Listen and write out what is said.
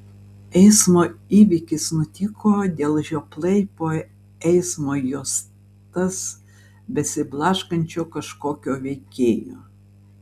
eismo įvykis nutiko dėl žioplai po eismo juostas besiblaškančio kažkokio veikėjo